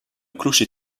clocher